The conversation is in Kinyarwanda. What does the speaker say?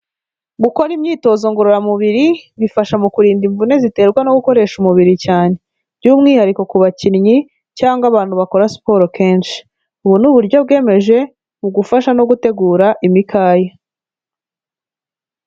Gukora imyitozo ngororamubiri bifasha mu kurinda imvune ziterwa no gukoresha umubiri cyane, by'umwihariko ku bakinnyi cyangwa abantu bakora siporo kenshi, ubu ni uburyo bwimeje mu gufasha no gutegura imikaya.